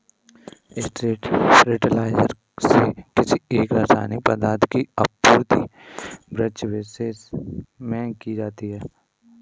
straight fertiliser से किसी एक रसायनिक पदार्थ की आपूर्ति वृक्षविशेष में की जाती है